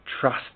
trust